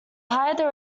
higher